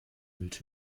milch